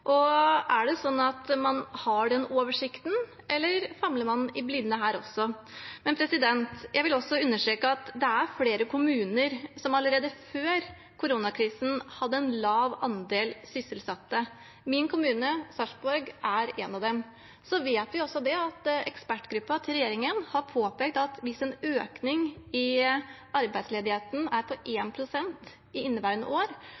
Er det sånn at man har den oversikten, eller famler man i blinde her også? Jeg vil også understreke at det er flere kommuner som allerede før koronakrisen hadde en lav andel sysselsatte. Min kommune, Sarpsborg, er en av dem. Så vet vi også at ekspertgruppen til regjeringen har påpekt at hvis en økning i arbeidsledigheten er på 1 pst. i inneværende år,